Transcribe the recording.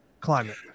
climate